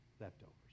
leftovers